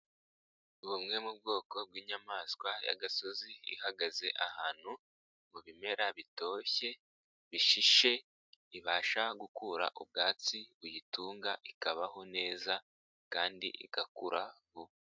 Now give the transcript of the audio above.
Bumwe mu bwoko bw'inyamaswa y'agasozi ihagaze ahantu mu bimera bitoshye bishishe ibasha gukura ubwatsi buyitunga ikabaho neza kandi igakura vuba.